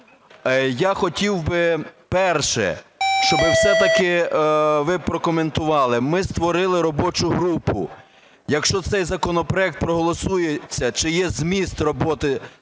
Я хотів би, перше, щоби все-таки ви прокоментували. Ми створили робочу групу. Якщо цей законопроект проголосується, чи є зміст роботи